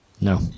No